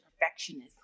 perfectionist